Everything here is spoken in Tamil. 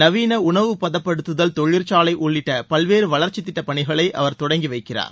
நவீன உணவுப்பதப்படுத்துதல் தொழிற்சாலை உள்ளிட்ட பல்வேறு வளர்ச்சித் திட்டப்பணிகளை அவர் தொடங்கி வைக்கிறார்